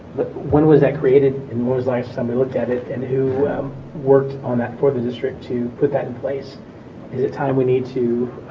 but when was that created in was like somebody looked at it and who worked on that for the district to put that in place at the time we need to